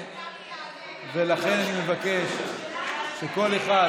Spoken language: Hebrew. לכן אני מבקש שכל אחד